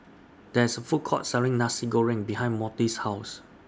There IS A Food Court Selling Nasi Goreng behind Monte's House